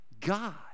God